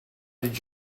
did